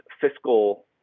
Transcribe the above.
fiscal